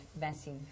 massive